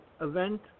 event